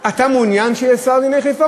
אתה מעוניין שיהיה שר לענייני חיפה?